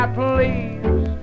please